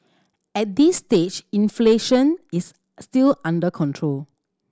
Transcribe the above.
at this stage inflation is still under control